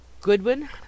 goodwin